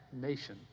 Nation